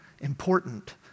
important